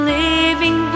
living